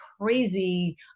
crazy